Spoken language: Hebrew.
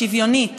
שוויונית,